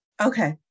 Okay